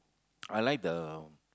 I like the